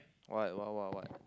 what what what what